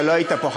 אתה לא היית פה,